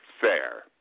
fair